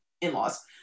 in-laws